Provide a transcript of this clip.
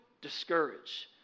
discouraged